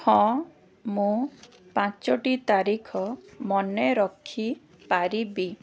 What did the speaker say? ହଁ ମୁଁ ପାଞ୍ଚଟି ତାରିଖ ମନେରଖିପାରିବି